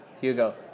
Hugo